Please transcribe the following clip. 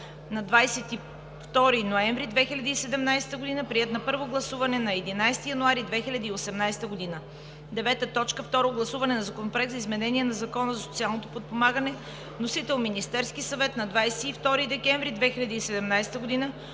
на 22 ноември 2017 г. Приет на първо гласуване на 11 януари 2018 г. 9. Второ гласуване на Законопроекта за изменение на Закона за социално подпомагане. Вносител е Министерският съвет на 22 декември 2017 г.